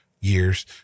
years